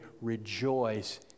rejoice